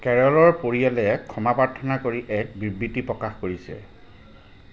কেৰলৰ পৰিয়ালে ক্ষমা প্ৰাৰ্থনা কৰি এক বিবৃতি প্ৰকাশ কৰিছে